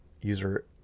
user